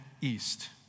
east